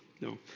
No